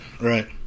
right